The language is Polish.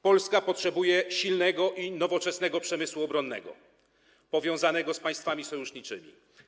Polska potrzebuje silnego i nowoczesnego przemysłu obronnego powiązanego z państwami sojuszniczymi.